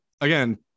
again